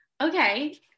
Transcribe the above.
Okay